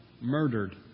murdered